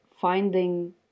finding